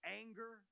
anger